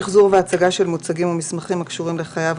שחזור והצגה של מוצגים ומסמכים הקשורים לחייו,